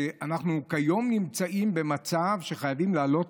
היום אנחנו נמצאים במצב שחייבים להעלות